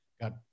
got